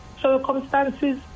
circumstances